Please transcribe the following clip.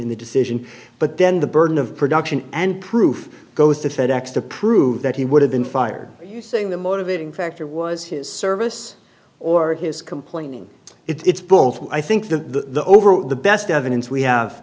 in the decision but then the burden of production and proof goes to fed ex to prove that he would have been fired saying the motivating factor was his service or his complaining it's bullshit i think the overall the best evidence we have